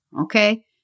Okay